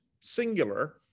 singular